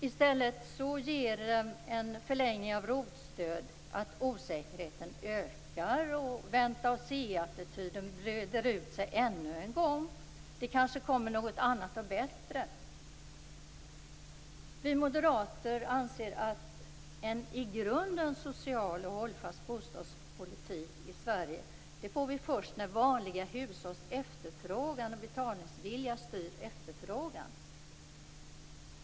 I stället gör en förlängning av ROT-stöd att osäkerheten ökar och att vänta-och-se-attityden breder ut sig ännu en gång. Det kanske kommer någonting annat och bättre. Vi moderater anser att en i grunden social och hållfast bostadspolitik i Sverige får vi först när vanliga hushålls efterfrågan och betalningsvilja styr efterfrågan.